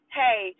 hey